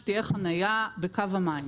בזה שתהיה חנייה בקו המים,